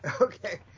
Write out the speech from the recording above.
Okay